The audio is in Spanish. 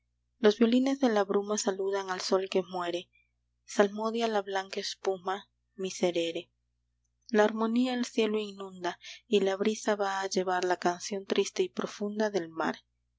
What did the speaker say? los violines de la bruma saludan al sol que muere salmodia la blanca espuma miserere la armonía el cielo inunda y la brisa va a llevar la canción triste y profunda del mar